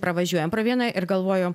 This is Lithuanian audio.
pravažiuojam pro vieną ir galvoju